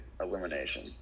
Elimination